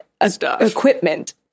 equipment